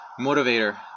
motivator